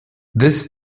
this